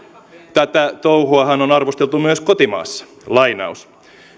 tätä touhuahan on arvosteltu myös kotimaassa